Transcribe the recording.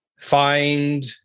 find